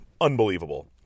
unbelievable